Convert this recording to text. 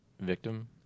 victim